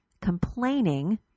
Complaining